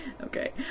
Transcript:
Okay